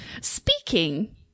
Speaking